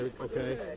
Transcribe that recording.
Okay